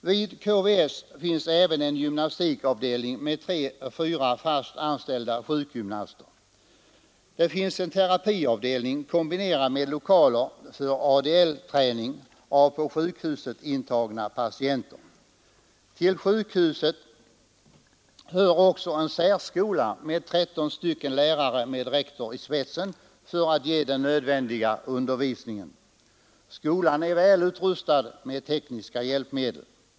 Vid KVS finns också en gymnastikavdelning med tre fyra fast anställda sjukgymnaster, och det finns en terapiavdelning kombinerad med lokaler för ADL-träning av på sjukhuset intagna patienter. Till sjukhuset hör en särskola med 13 lärare och en rektor i spetsen för att ge den nödvändiga undervisningen. Skolan är välutrustad med tekniska hjälpmedel.